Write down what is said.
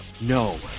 No